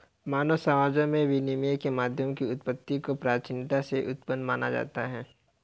मानव समाजों में विनिमय के माध्यमों की उत्पत्ति को प्राचीनता में उत्पन्न माना जाता है